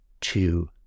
two